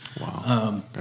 Wow